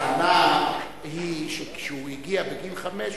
הטענה היא שכשהוא הגיע בגיל חמש,